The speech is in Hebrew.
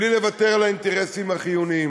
בלי לוותר על האינטרסים החיוניים.